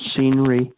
scenery